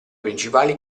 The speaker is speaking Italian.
principali